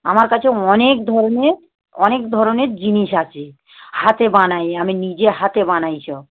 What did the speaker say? আমার কাছে অনেক ধরনের অনেক ধরণের জিনিস আছে হাতে বানাই আমি নিজে হাতে বানাই সব